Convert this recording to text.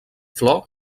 flor